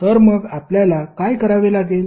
तर मग आपल्याला काय करावे लागेल